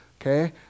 Okay